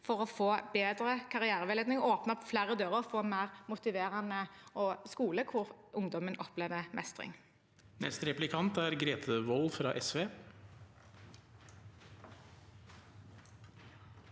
for å få bedre karriereveiledning, åpne flere dører og få en mer motiverende skole hvor ungdommen opplever mestring.